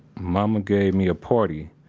momma gave me a party.